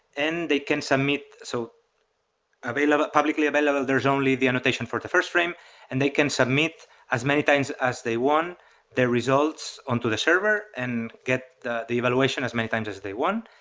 and they can submit so publicly available, there's only the annotation for the first frame and they can submit as many times as they want their results on to the server and get the the evaluation as many times as they want.